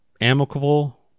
amicable